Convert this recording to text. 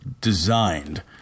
designed